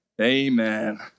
Amen